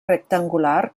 rectangular